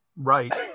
Right